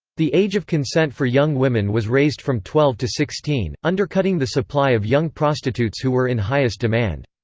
the age of consent for young women was raised from twelve to sixteen, undercutting the supply of young prostitutes who were in highest demand.